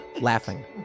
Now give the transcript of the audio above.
laughing